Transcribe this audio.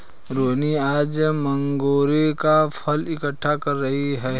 रोहिनी आज मोंगरे का फूल इकट्ठा कर रही थी